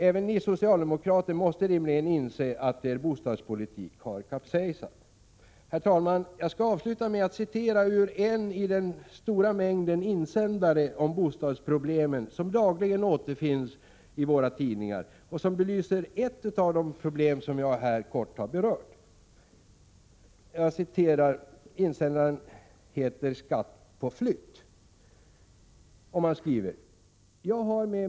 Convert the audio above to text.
Även ni socialdemokrater måste rimligen inse att er bostadspolitik har kapsejsat. Herr talman! Jag skall avsluta med att citera ur en i den stora mängden insändare om bostadsproblemen som dagligen återfinns i våra tidningar. Den belyser ett av de problem som jag här har berört. Insändaren har rubriken Skatt på flytt.